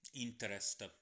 interest